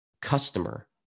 customer